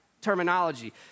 terminology